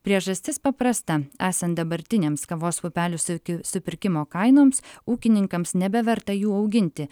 priežastis paprasta esant dabartinėms kavos pupelių sokių supirkimo kainoms ūkininkams nebeverta jų auginti